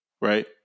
right